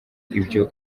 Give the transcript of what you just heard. ibyo